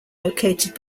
located